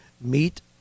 meet